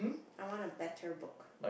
I want a better book